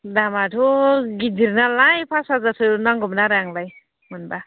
दामआथ' गिदिर नालाय पास हाजारसो नांगौमोन आरो आंनोलाय मोनबा